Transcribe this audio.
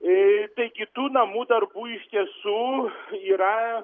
a taigi tų namų darbų ištiesų yra